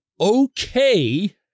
okay